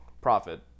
Profit